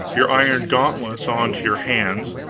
your iron gauntlets onto your hands,